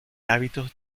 hábitos